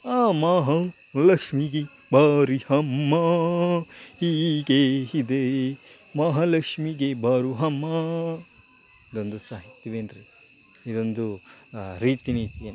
ಆ ಮಹಾ ಲಕ್ಷ್ಮಿಗೆ ಬಾರಿಸಮ್ಮಾ ಹೀಗೆ ಇದೇ ಮಹಾಲಕ್ಷ್ಮಿಗೆ ಬಾರೋ ಅಮ್ಮಾ ಇದೊಂದು ಸಾಹಿತ್ಯವೇನ್ರಿ ಇದೊಂದು ರೀತಿ ನೀತಿ ಏನು ರೀ